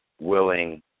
willing